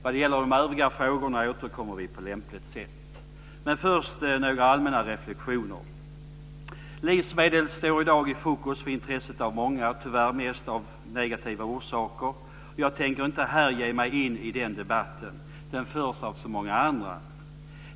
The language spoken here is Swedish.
Vad det gäller de övriga frågorna återkommer vi på lämpligt sätt. Först har jag några allmänna reflexioner. Livsmedel står i dag i fokus för intresset av många, och tyvärr mest av negativa orsaker. Jag tänker inte här ge mig in i den debatten - den förs av så många andra.